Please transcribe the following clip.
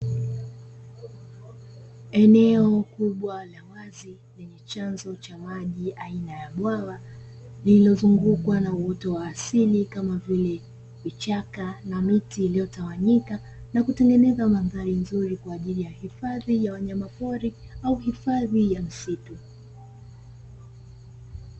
Eneo kubwa la wazi lenye chanzo cha maji aina ya bwawa lililozungukwa na uoto wa asili kamavile vichaka na miti iliyotawanyika, na kutengeneza mandhari nzuri kwajili ya hifadhi ya wanyama pori au hifadhi ya msitu.